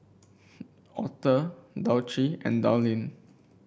Author Dulcie and Dallin